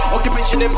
Occupation